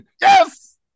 yes